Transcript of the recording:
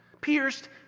Pierced